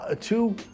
two